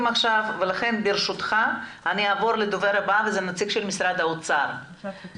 ברשותך אעבור לנציג משרד האוצר, רועי רייכר.